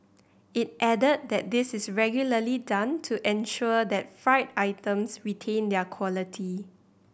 it added that this is regularly done to ensure that fried items retain their quality